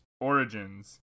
Origins